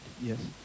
Yes